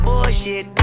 Bullshit